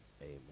Amen